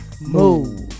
move